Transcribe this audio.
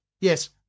Yes